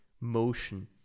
motion